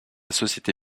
société